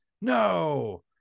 no